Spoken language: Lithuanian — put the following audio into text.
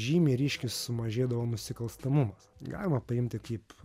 žymiai ryškiai sumažėdavo nusikalstamumas galima paimti kaip